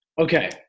Okay